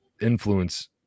influence